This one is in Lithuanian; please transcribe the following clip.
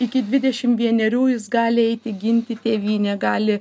iki dvidešim vienerių jis gali eiti ginti tėvynę gali